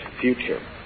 future